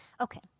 Okay